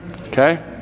okay